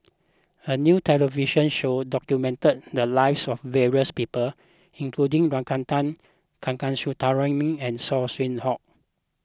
a new television show documented the lives of various people including Ragunathar Kanagasuntheram and Saw Swee Hock